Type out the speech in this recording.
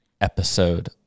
episode